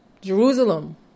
Jerusalem